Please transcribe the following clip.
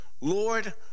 Lord